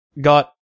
got